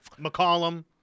McCollum